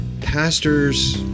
Pastors